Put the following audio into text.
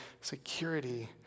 security